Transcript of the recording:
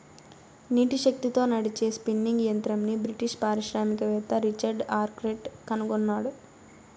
నీటి శక్తితో నడిచే స్పిన్నింగ్ యంత్రంని బ్రిటిష్ పారిశ్రామికవేత్త రిచర్డ్ ఆర్క్రైట్ కనుగొన్నాడు